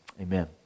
Amen